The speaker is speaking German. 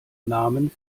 namen